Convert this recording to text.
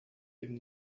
eben